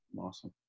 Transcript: Awesome